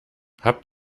habt